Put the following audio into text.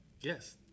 Yes